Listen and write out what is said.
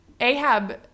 Ahab